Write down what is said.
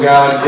God